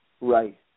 Right